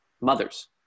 mothers